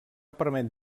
permet